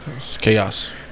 chaos